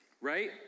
Right